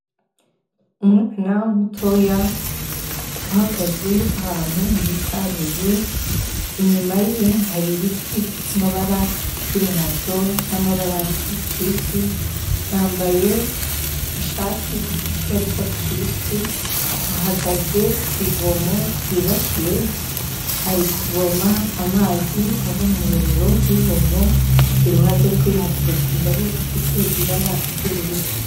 Umwana mutoya uhagaze ahantu hitaruye, inyuma ye hari ibiti by'amabara y'umuhondo, n'amabara y'icyatsi kibisi, yambaye ishati ifite ibara ry'icyatsi kibisi, ahagaze ku ivomo ryubakiwe ari kuvoma amazi ava mu muyoboro w'ivomo, iruhande rwe hateretse indobo ifite ibara ry'ubururu.